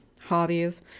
hobbies